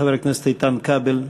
חבר הכנסת איתן כבל,